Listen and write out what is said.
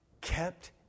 kept